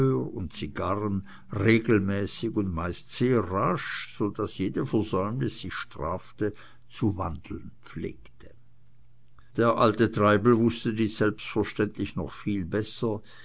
und zigarren regelmäßig und meist sehr rasch so daß jede versäumnis sich strafte zu wandeln pflegte der alte treibel wußte dies selbstverständlich noch viel besser